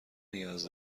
نیاز